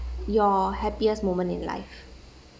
your happiest moment in life